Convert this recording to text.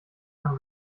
nach